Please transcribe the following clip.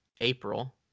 April